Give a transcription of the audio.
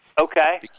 Okay